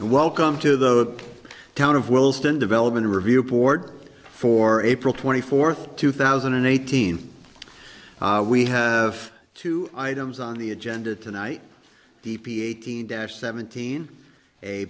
and welcome to the town of wellston development review board for april twenty fourth two thousand and eighteen we have two items on the agenda tonight d p eighteen dash seventeen a